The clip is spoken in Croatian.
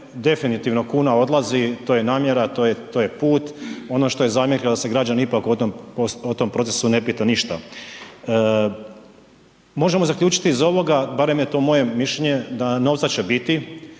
definitivno kuna odlazi, to je namjera, to je put, ono što je zamjerka da se građane ipak o tom procesu ne pita ništa. Možemo zaključiti iz ovoga, barem je to moje mišljenje, da novca će biti,